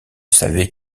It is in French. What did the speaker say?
savait